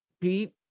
Pete